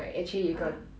ah